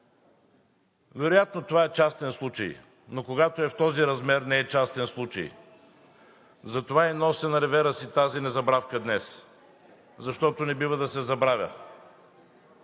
Вероятно това е частен случай, но когато е в този размер, не е частен случай! Затова и нося на ревера си (показва значката) тази незабравка днес, защото не бива да се забравя.